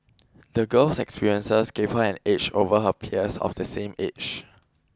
the girl's experiences gave her an edge over her peers of the same age